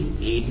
15